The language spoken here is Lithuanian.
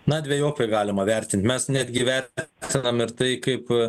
na dvejopai galima vertint mes netgi ver tinam ir tai kaip